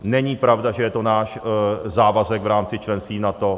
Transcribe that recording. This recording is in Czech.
Není pravda, že je to náš závazek v rámci členství v NATO.